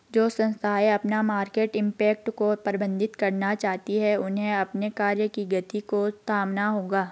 जो संस्थाएं अपना मार्केट इम्पैक्ट को प्रबंधित करना चाहती हैं उन्हें अपने कार्य की गति को थामना होगा